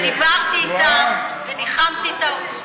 ודיברתי אתן וניחמתי אותן.